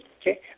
okay